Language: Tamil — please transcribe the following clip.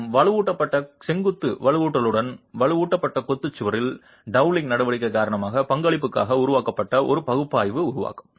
மற்றும் விநியோகிக்கப்பட்ட செங்குத்து வலுவூட்டலுடன் வலுவூட்டப்பட்ட கொத்து சுவரில் டவுலிங் நடவடிக்கை காரணமாக பங்களிப்புக்காக உருவாக்கப்பட்ட ஒரு பகுப்பாய்வு உருவாக்கம்